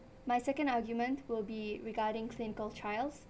my second argument will be regarding clinical trials